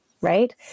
right